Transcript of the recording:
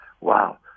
wow